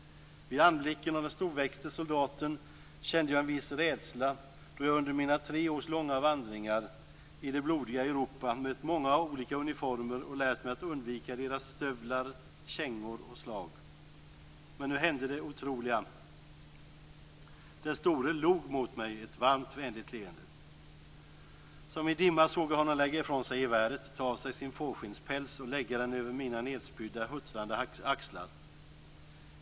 Vid anblicken av den storväxte soldaten kände jag en viss rädsla då jag under mina tre års långa vandringar i det blodiga Europa mött många olika uniformer och lärt mig att undvika deras stövlar, kängor och slag. Men nu hände det otroliga. Den store log mot mig ett varmt vänligt leende. Som i dimma såg jag honom lägga ifrån sig geväret, ta av sig sin fårskinnspäls och lägga den över mina nedspydda huttrande axlar.